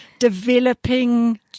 Developing